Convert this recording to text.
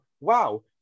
wow